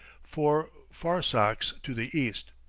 four farsakhs to the east.